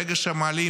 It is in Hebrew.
ברגע שמעלים